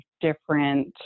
different